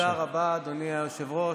תודה רבה, אדוני היושב-ראש.